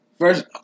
First